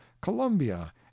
colombia